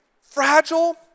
fragile